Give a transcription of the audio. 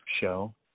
show